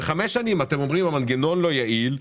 חמש שנים אתם אומרים שהמנגנון לא יעיל,